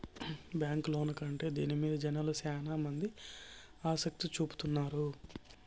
bank loan కంటే దీని మీద జనాలు శ్యానా మంది ఆసక్తి చూపుతున్నారు